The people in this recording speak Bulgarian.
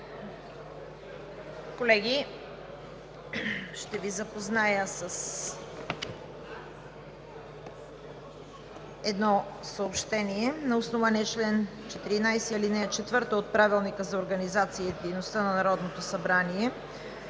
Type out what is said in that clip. Колеги, ще Ви запозная с едно съобщение. На основание чл. 14, ал. 4 от Правилника за организацията и дейността на Народното събрание